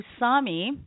Usami